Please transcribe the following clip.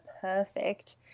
perfect